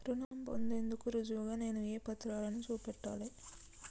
రుణం పొందేందుకు రుజువుగా నేను ఏ పత్రాలను చూపెట్టాలె?